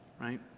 Right